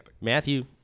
Matthew